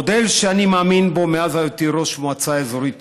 המודל שאני מאמין בו מאז היותי ראש המועצה האזורית